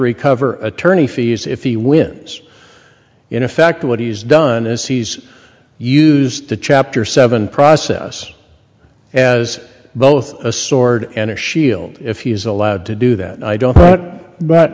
recover attorney fees if he wins in effect what he's done is he's used to chapter seven process as both a sword and a shield if he is allowed to do that i don't know it but